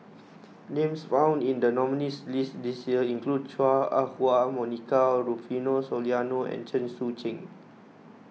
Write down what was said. names found in the nominees' list this year include Chua Ah Huwa Monica Rufino Soliano and Chen Sucheng